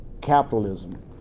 capitalism